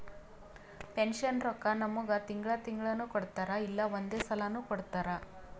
ಪೆನ್ಷನ್ದು ರೊಕ್ಕಾ ನಮ್ಮುಗ್ ತಿಂಗಳಾ ತಿಂಗಳನೂ ಕೊಡ್ತಾರ್ ಇಲ್ಲಾ ಒಂದೇ ಸಲಾನೂ ಕೊಡ್ತಾರ್